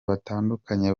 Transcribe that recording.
batandukanye